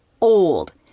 old